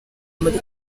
muri